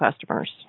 customers